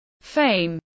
fame